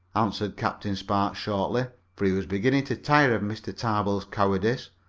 answered captain spark shortly, for he was beginning to tire of mr. tarbill's cowardice.